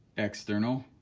external,